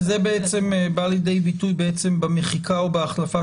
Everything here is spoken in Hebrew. וזה בעצם בא לידי ביטוי במחיקה או בהחלפה